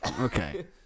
Okay